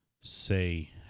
say